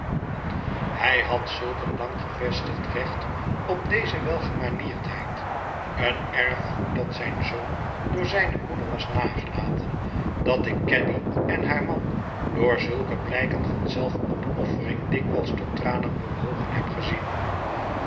hij had zulk een lang gevestigd recht op deze welgemanierdheid een erfgoed dat zijn zoon door zijne moeder was nagelaten dat ik caddy en haar man door zulke blijken van zelfopoffering dikwijls tot tranen bewogen heb gezien